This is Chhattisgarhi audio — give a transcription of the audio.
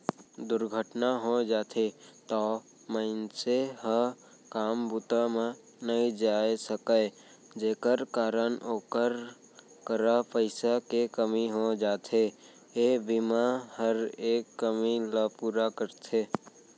दुरघटना हो जाथे तौ मनसे ह काम बूता म नइ जाय सकय जेकर कारन ओकर करा पइसा के कमी हो जाथे, ए बीमा हर ए कमी ल पूरा करथे